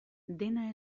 dena